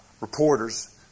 reporters